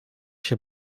się